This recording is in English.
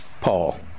Paul